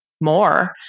more